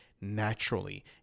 naturally